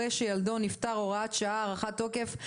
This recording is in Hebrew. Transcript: שילדו נפטר) (הוראת שעה) (הארכת תוקף),